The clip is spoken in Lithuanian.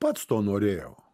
pats to norėjau